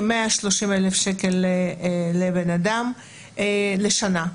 כ-130,000 שקל לבן אדם לשנה,